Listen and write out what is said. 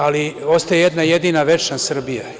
Ali, ostaje jedna jedina, večna Srbija.